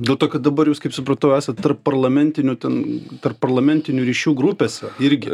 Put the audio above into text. dėl to kad dabar jūs kaip supratau esat tarpparlamentinių ten tarpparlamentinių ryšių grupėse irgi